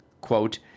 quote